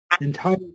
Entire